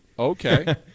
Okay